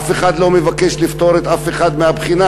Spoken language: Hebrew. אף אחד לא מבקש לפטור אף אחד מהבחינה.